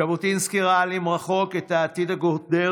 ז'בוטינסקי ראה למרחוק את העתיד הקודר